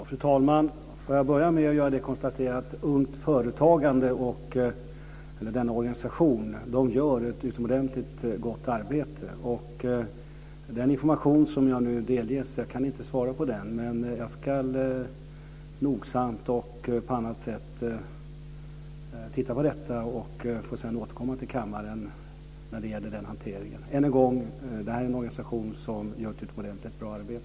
Fru talman! Jag vill börja med att konstatera att organisationen Ung Företagsamhet gör ett utomordentligt gott arbete. Jag kan inte kommentera den information som jag nu delges, men jag ska nogsamt titta på detta och återkomma till kammaren. Än en gång vill jag säga att det här är en organisation som gör ett utomordentlig bra arbete.